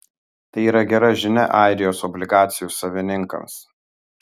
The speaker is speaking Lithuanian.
tai yra gera žinia airijos obligacijų savininkams